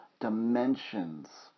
dimensions